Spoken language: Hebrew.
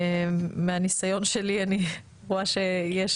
מהניסיון שלי אני רואה שיש